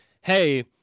hey